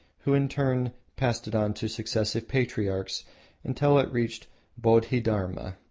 who in turn passed it on to successive patriarchs until it reached bodhi-dharma,